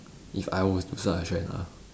if I was to start a trend ah